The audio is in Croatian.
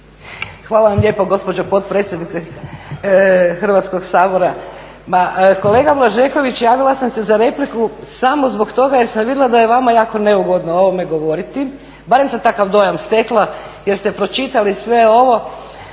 Hvala vam lijepo gospođo potpredsjednice Hrvatskog sabora. Ma kolega Blažeković, javila sam se za repliku samo zbog toga jer sam vidjela da je vama jako neugodno o ovome govoriti, barem sam takav dojam stekla jer ste pročitali sve ovo,